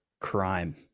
crime